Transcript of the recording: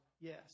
yes